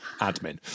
admin